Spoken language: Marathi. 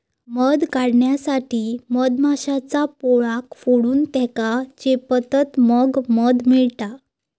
मध काढण्यासाठी मधमाश्यांचा पोळा फोडून त्येका चेपतत मग मध मिळता